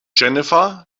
jennifer